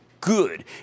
good